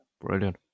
brilliant